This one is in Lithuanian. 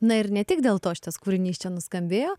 na ir ne tik dėl to šitas kūrinys čia nuskambėjo